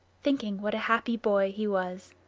thinking what a happy boy he was.